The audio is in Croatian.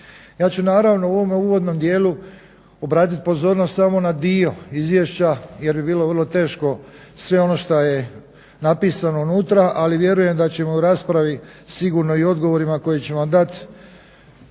Ja ću naravno u ovome uvodnom dijelu obratiti pozornost samo na dio izvješća jer bi bilo vrlo teško sve ono šta je napisano unutra, ali vjerujem da ćemo u raspravi sigurno i odgovorima koje ću vam dati